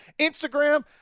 Instagram